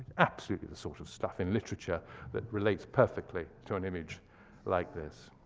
absolutely the sort of stuff in literature that relates perfectly to an image like this.